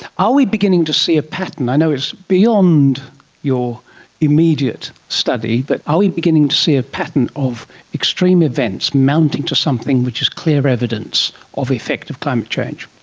ah we beginning to see a pattern? i know it's beyond your immediate study, but are we beginning to see a pattern of extreme events mounting to something which is clear evidence of effective climate change?